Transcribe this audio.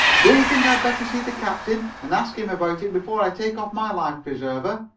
don't you think i had better see the captain and ask him about it before i take off my life-preserver?